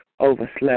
overslept